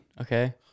Okay